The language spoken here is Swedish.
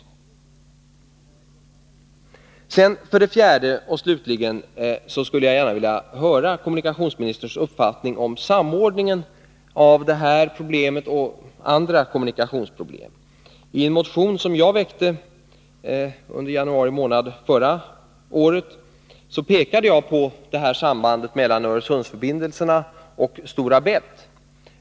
För det fjärde, slutligen, skulle jag gärna vilja höra kommunikationsministerns uppfattning om samordningen av det här problemet och andra kommunikationsproblem. I en motion som jag väckte under januari månad förra året pekade jag på sambandet mellan Öresundsförbindelserna och förbindelserna över Stora Bält.